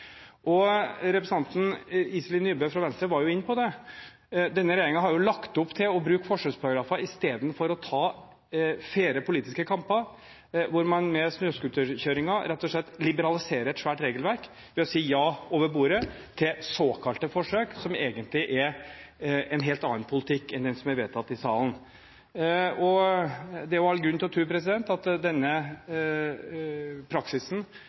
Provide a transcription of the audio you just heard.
Representanten Iselin Nybø fra Venstre var inne på det. Denne regjeringen har lagt opp til å bruke forsøksparagrafer i stedet for å ta faire politiske kamper, da man, som i tilfellet med snøscooterkjøringen, rett og slett liberaliserer et svært regelverk ved å si ja over bordet til såkalte forsøk, som egentlig er en helt annen politikk enn den som er vedtatt i salen. Det er all grunn til å tro at denne praksisen